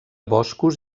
boscos